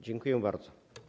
Dziękuję bardzo.